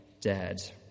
dead